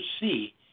see